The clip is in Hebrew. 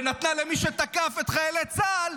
ולמי שתקף את חיילי צה"ל,